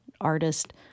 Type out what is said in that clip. artist